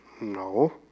no